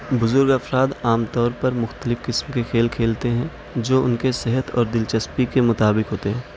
بزرگ افراد عام طور پر مختلف قسم کے کھیل کھیلتے ہیں جو ان کے صحت اور دلچسپی کے مطابق ہوتے ہیں